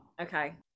Okay